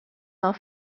del